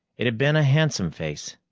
it had been a handsome face,